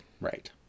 Right